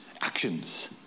actions